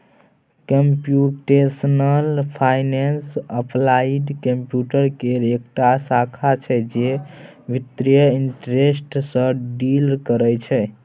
computational finance applied computer केर एकटा शाखा छै जे बित्तीय इंटरेस्ट सँ डील करय छै